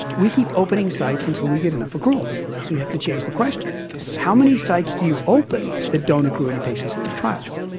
we keep opening sites until we get enough accruals. so you have to change the question how many sites do you open that don't accrue any patients to those trials?